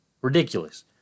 Ridiculous